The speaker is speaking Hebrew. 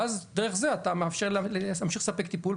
ואז דרך זה אתה מאפשר להמשיך לספק טיפול,